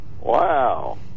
Wow